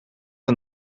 een